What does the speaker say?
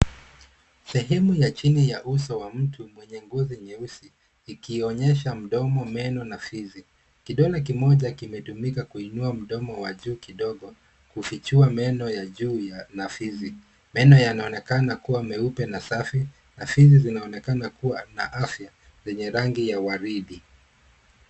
Sehemu ya chini ya uso wa mtu mwenye ngozi nyeusi, ikionyesha mdomo, meno, na fizi. Kidole kimoja kimetumika kuinua mdomo wa juu kidogo, kufichua meno ya juu na fizi. Meno yanaonekana kuwa meupe na safi, na fizi zinaonekana kuwa na afya, zenye rangi ya waridi.